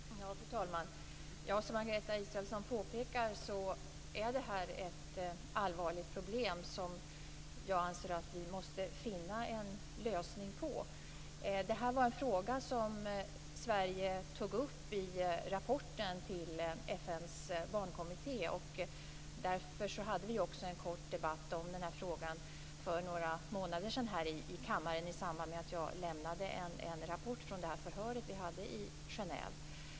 Fru talman! Som Margareta Israelsson påpekar är det här ett allvarligt problem som jag anser att vi måste finna en lösning på. Det här var en fråga som Sverige tog upp i rapporten till FN:s barnkommitté. Därför hade vi också en kort debatt om den här frågan för några månader sedan här i kammaren i samband med att jag lämnade en rapport från det förhör vi hade i Genève.